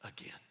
Again